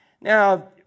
Now